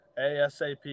ASAP